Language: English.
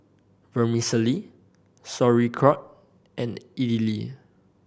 Vermicelli Sauerkraut and Idili